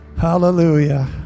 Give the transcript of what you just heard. hallelujah